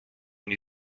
new